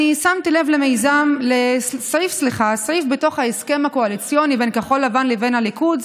שמתי לב לסעיף בתוך ההסכם הקואליציוני בין כחול לבן לבין הליכוד,